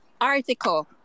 article